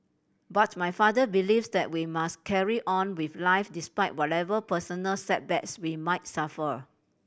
but my father believes that we must carry on with life despite whatever personal setbacks we might suffer